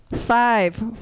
Five